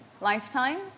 lifetime